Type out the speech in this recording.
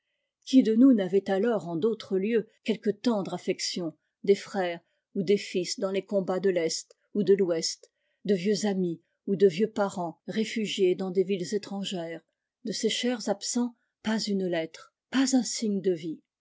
qui de nous n'avait alors en d'autres lieux quelque tendre affection des frères ou des fils dans les combats de l'est ou de l'ouest de vieux amis ou de vieux parents réfugiés dans des villes étrangères de ces chers absents pas une lettre pas un signe de vie